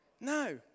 No